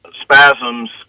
spasms